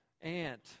aunt